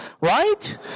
Right